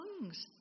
tongues